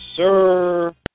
Sir